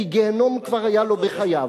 כי גיהינום כבר היה לו בחייו.